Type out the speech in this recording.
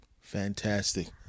Fantastic